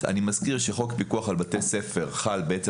אני מזכיר שחוק פיקוח על בתי ספר חל בעצם